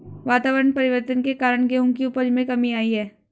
वातावरण परिवर्तन के कारण गेहूं की उपज में कमी आई है